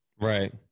Right